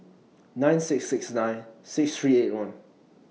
nine six six nine six three eight one